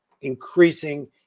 increasing